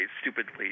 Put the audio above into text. stupidly